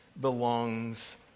belongs